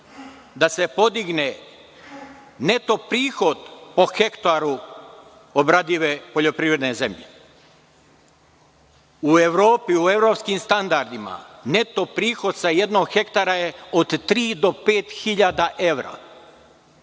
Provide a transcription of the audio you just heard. da se podigne neto prihod po hektaru obradive poljoprivredne zemlje.U Evropi, u evropskim standardima neto prihod sa jednog hektara je od tri do pet